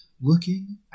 looking